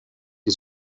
die